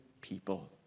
people